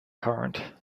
current